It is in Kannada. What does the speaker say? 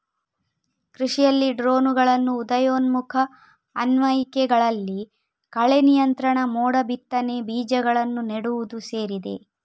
ಕೃಷಿಯಲ್ಲಿ ಡ್ರೋನುಗಳ ಉದಯೋನ್ಮುಖ ಅನ್ವಯಿಕೆಗಳಲ್ಲಿ ಕಳೆ ನಿಯಂತ್ರಣ, ಮೋಡ ಬಿತ್ತನೆ, ಬೀಜಗಳನ್ನು ನೆಡುವುದು ಸೇರಿದೆ